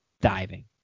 diving